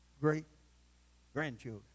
Great-grandchildren